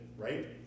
Right